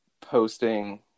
posting